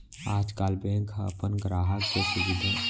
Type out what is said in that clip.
आजकाल बेंक ह अपन गराहक के सुभीता बर ओला नेट बेंकिंग के सुभीता दिये हे